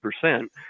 percent